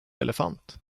elefant